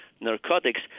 narcotics